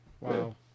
wow